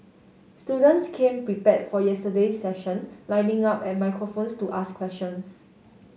students came prepare for yesterday's session lining up at microphones to ask questions